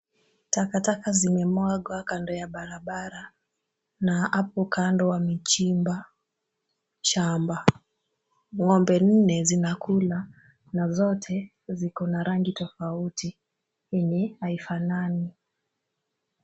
Takataka zimemwagwa kando ya barabara na hapo kando wamechimba shamba. Ng'ombe nne zinakula na zote ziko na rangi tofauti yenye haifanani.